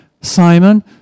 Simon